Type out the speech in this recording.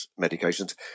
medications